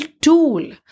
tool